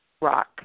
Rock